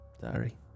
Sorry